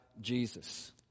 Jesus